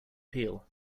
peel